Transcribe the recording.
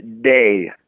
day